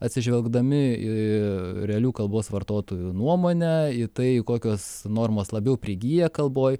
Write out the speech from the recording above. atsižvelgdami į realių kalbos vartotojų nuomonę į tai kokios normos labiau prigyja kalboj